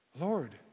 Lord